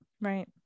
right